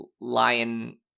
lion